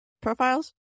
profiles